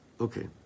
Okay